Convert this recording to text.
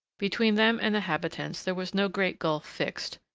between them and the habitants there was no great gulf fixed,